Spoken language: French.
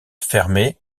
fermé